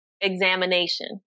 examination